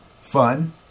fun